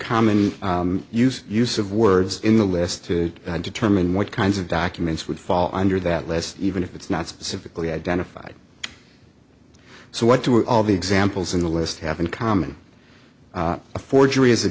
common use use of words in the list to determine what kinds of documents would fall under that list even if it's not specifically identified so what do all the examples in the list have in common a forgery is a